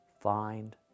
find